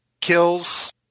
kills